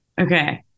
okay